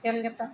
Kolkata